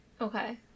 Okay